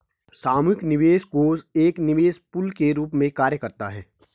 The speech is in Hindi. सामूहिक निवेश कोष एक निवेश पूल के रूप में कार्य करता है